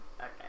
Okay